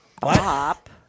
Bop